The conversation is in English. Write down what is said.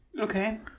Okay